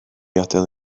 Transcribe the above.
adael